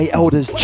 elders